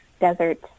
Desert